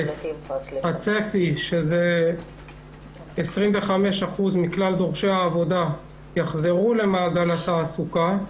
אם הצפי הוא ש-25% מכלל דורשי העבודה בארץ יחזרו למעגל התעסוקה,